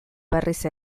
berriz